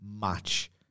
match